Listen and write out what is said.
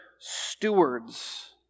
stewards